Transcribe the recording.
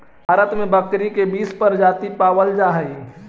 भारत में बकरी के बीस प्रजाति पावल जा हइ